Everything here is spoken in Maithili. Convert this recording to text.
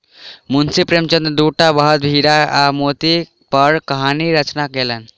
मुंशी प्रेमचंदक दूटा बड़द हीरा आ मोती पर कहानी रचना कयलैन